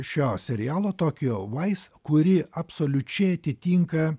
šio serialo tokijo vais kuri absoliučiai atitinka